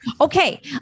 Okay